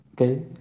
okay